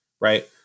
right